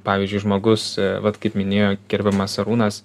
pavyzdžiui žmogus vat kaip minėjo gerbiamas arūnas